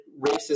racist